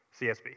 CSB